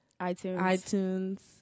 iTunes